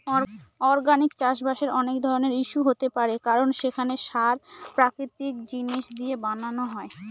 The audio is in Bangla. অর্গানিক চাষবাসের অনেক ধরনের ইস্যু হতে পারে কারণ সেখানে সার প্রাকৃতিক জিনিস দিয়ে বানানো হয়